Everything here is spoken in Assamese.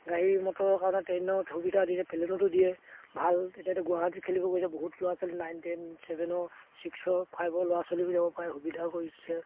গাড়ী মটৰৰ কাৰণে ট্ৰেইনত সুবিধা দিছে প্লেনতো দিয়ে ভাল এতিয়াতো গুৱাহাটীত খেলিব গৈছে বহুত ল'ৰা ছোৱালী নাইন টেন চেভেনৰ ছিক্সৰ ফাইভৰ ল'ৰা ছোৱালীও যাব পাৰে সুবিধাও কৰিছে